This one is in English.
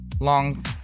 long